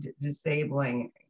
disabling